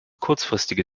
kurzfristige